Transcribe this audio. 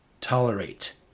tolerate